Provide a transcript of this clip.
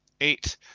eight